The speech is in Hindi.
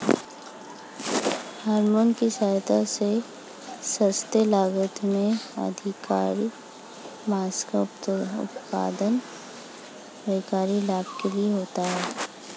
हॉरमोन की सहायता से सस्ते लागत में अधिकाधिक माँस का उत्पादन व्यापारिक लाभ के लिए होता है